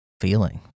feeling